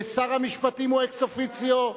ושר המשפטים הוא אקס-אופיציו.